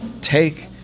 take